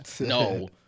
no